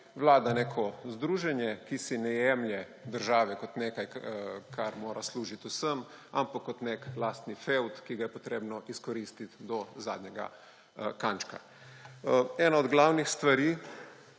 vlada neko združenje, ki si ne jemlje države kot nekaj, kar mora služiti vsem, ampak kot neki lastni fevd, ki ga je potrebno izkoristiti do zadnjega kančka. Eno od glavnih stvari